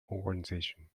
organization